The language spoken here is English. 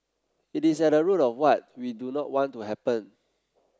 it is at the root of what we do not want to happen